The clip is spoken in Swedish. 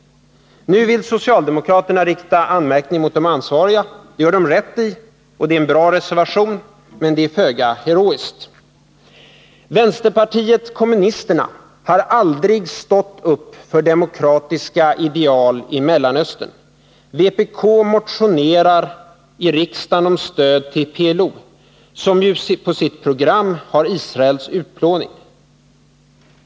Nr 145 socialdemokraterna rikta anmärkning mot de ansvariga. Det gör de rätt i. Onsdagen den Det är en bra reservation, men det är föga heroiskt. 20 maj 1981 Vänsterpartiet kommunisterna har aldrig stått upp för demokratiska ideal i Mellanöstern. Vpk motionerar i riksdagen om stöd till PLO, som ju på sitt program har Israels utplåning.